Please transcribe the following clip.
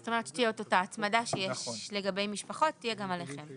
זאת אומרת שאותה הצמדה שיש לגבי משפחות תהיה גם עליכם.